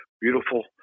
beautiful